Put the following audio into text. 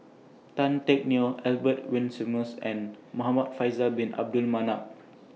Tan Teck Neo Albert Winsemius and Muhamad Faisal Bin Abdul Manap